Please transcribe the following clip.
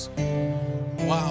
Wow